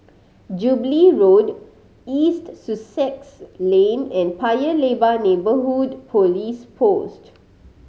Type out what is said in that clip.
Jubilee Road East Sussex Lane and Paya Lebar Neighbourhood Police Post